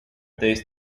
days